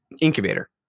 Incubator